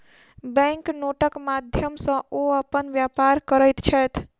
bank नोटक माध्यम सॅ ओ अपन व्यापार करैत छैथ